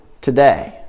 today